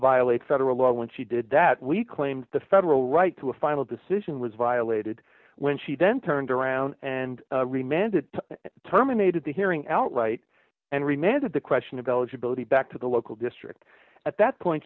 violate federal law when she did that we claimed the federal right to a final decision was violated when she then turned around and remanded terminated the hearing outright and remanded the question of eligibility back to the local district at that point